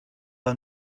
are